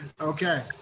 Okay